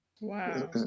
Wow